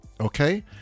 Okay